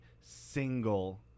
single